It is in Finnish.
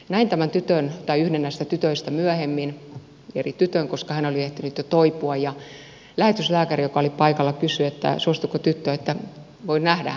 näin yhden näistä tytöistä myöhemmin eri tytön koska hän oli ehtinyt jo toipua ja lähetyslääkäri joka oli paikalla kysyi suostuiko tyttö että voin nähdä hänet